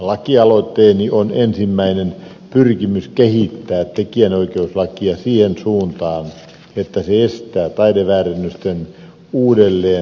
lakialoitteeni on ensimmäinen pyrkimys kehittää tekijänoikeuslakia siihen suuntaan että se estää taideväärennösten uudelleen tuloa markkinoille